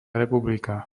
republika